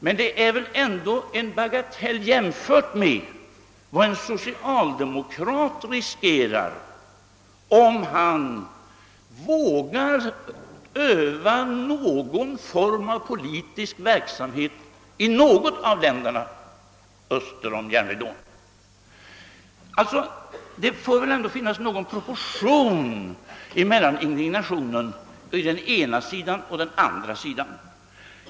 Men det är väl ändå en bagatell jämfört med vad en socialdemokrat riskerar, om han vågar bedriva någon form av politisk verksamhet i något av länderna öster om järnridån! Det får väl ändå vara några proportioner mellan indignationen på ena och andra sidan.